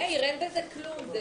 מאיר, אין בזה כלום.